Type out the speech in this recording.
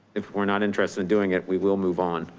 if we're not interested in doing it, we will move on.